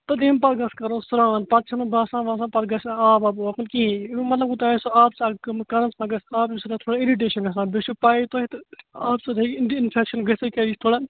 تہٕ تَمہِ پَتہٕ گَژھِ کَرُن سرٛان پَتہٕ چھُنہٕ باسان واسان پَتہٕ گَژھِ نہٕ آب واب گژھُن کِہیٖنۍ اَمیُک مَطلَب گوٚو تۄہہِ آسوٕ آب ژامُت کَنَس پَتہٕ چھِ آبہٕ سۭتۍ گژھِ تھوڑا اِرِٹیٚشن گَژھان بییٚہِ چھُ پیَی تۄہہِ تہِ آبہٕ سۭتۍ ہیٚکہِ اِنفیٚکشن گٔژھِتھ کیٚازِ یہِ چھُ تھوڑا